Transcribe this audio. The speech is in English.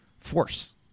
force